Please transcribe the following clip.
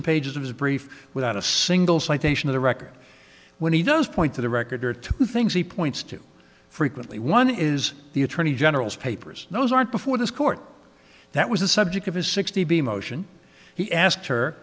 and pages of his brief without a single citation of the record when he does point to the record or two things he points to frequently one is the attorney general's papers those aren't before this court that was the subject of his sixty b motion he asked her